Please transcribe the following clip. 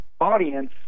audience